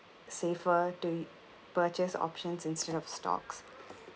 safer to purchase options instead of stocks